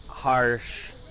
harsh